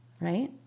right